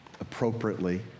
appropriately